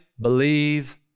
believe